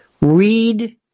read